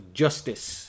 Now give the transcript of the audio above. justice